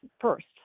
first